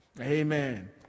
Amen